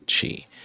chi